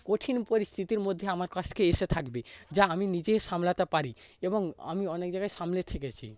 কঠিন পরিস্থিতির মধ্যে আমার কাছকে এসে থাকবে যা আমি নিজেই সামলাতে পারি এবং আমি অনেক জায়গায় সামলে থেকেছি